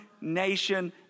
nation